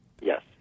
Yes